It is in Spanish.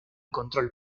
control